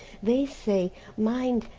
they say mind,